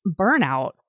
burnout